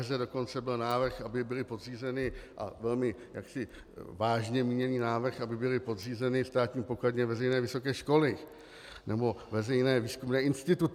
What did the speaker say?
Ve hře dokonce byl návrh, aby byly podřízeny, a velmi vážně míněný návrh, aby byly podřízeny státní pokladně veřejné vysoké školy nebo veřejné výzkumné instituce.